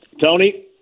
Tony